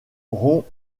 canons